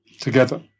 together